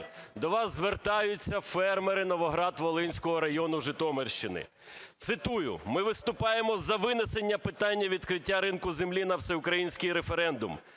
до вас звертаються фермери Новоград-Волинського району Житомирщини. Цитую: "Ми виступаємо за винесення питання відкриття ринку землі на всеукраїнський референдум.